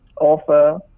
offer